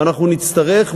ואנחנו נצטרך,